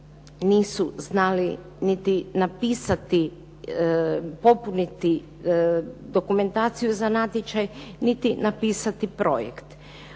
nisu znali niti napisati, popuniti dokumentaciju za natječaj, niti napisati projekt.